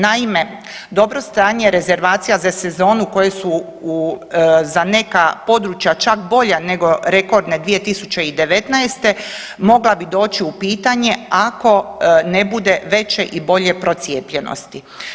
Naime, dobro stanje rezervacija za sezonu koju su u, za neka područja čak bolja nego rekordne 2019. mogla bi doći u pitanje ako ne bude veće i bolje procijepljenosti.